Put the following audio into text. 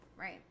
Right